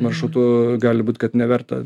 maršrutu gali būt kad neverta